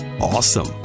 Awesome